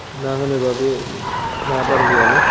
ना होनोबा बे ना बारलियानो